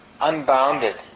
unbounded